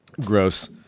gross